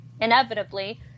inevitably